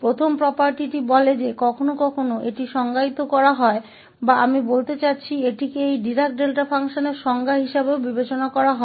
पहली संपत्ति कहती है या कभी कभी इसे परिभाषित किया जाता है या मेरा मतलब है कि इसे इस डिराक डेल्टा फ़ंक्शन की परिभाषा के रूप में भी माना जाता है